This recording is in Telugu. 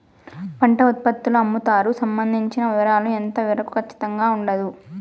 పంట ఉత్పత్తుల అమ్ముతారు సంబంధించిన వివరాలు ఎంత వరకు ఖచ్చితంగా ఉండదు?